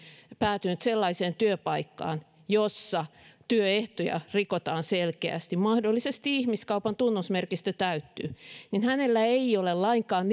päätynyt sellaiseen työpaikkaan jossa työehtoja rikotaan selkeästi mahdollisesti ihmiskaupan tunnusmerkistö täyttyy niin hänellä ei ole lainkaan